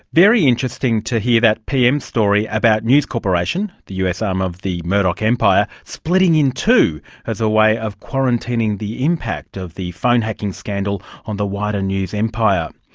very interesting to hear that pm story about news corporation, the us arm um of the murdoch empire, splitting in two as a way of quarantining the impact of the phone hacking scandal on the wider news empire.